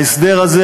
ההסדר הזה,